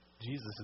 Jesus